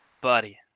Buddy